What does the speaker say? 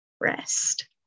rest